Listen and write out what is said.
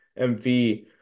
MV